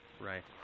Right